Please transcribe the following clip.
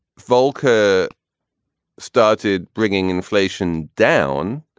voca started bringing inflation down,